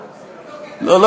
לך.